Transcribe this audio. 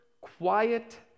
quiet